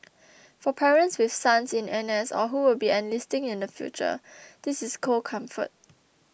for parents with sons in NS or who will be enlisting in the future this is cold comfort